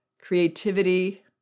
creativity